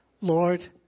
Lord